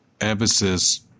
emphasis